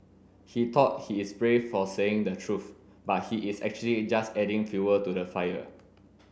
he thought he is brave for saying the truth but he is actually just adding fuel to the fire